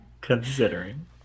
considering